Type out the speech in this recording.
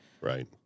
right